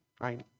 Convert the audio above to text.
Right